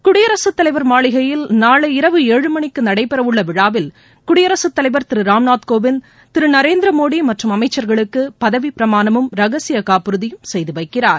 குடியரசுத்தலைவர் மாளிகையில் நாளை இரவு ஏழு மணிக்கு நடைபெறவுள்ள விழாவில் குடியரசுத்தலைவர் திரு ராம்நாத் கோவிந்த் திரு நரேந்திரமோடி மற்றும் அமைச்சர்களுக்கு பதவி பிரமாணமும் ரகசிய காப்புறுதியும் செய்து வைக்கிறார்